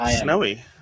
Snowy